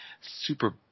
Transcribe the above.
super